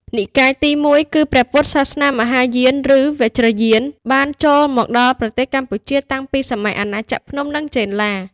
និកាយទី១គឺ ព្រះពុទ្ធសាសនាមហាយាន ឬ វជ្រយាន បានចូលមកដល់ប្រទេសកម្ពុជាតាំងពីសម័យអាណាចក្រភ្នំ និងចេនឡា។